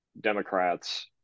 Democrats